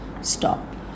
stop